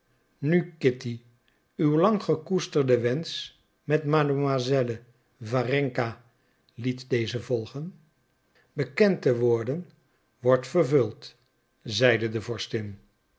nu kitty uw lang gekoesterde wensch met mademoiselle warenka liet deze volgen bekend te worden wordt vervuld zeide de